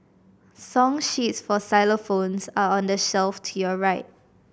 song sheets for xylophones are on the shelf to your right